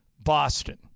Boston